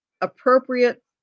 appropriate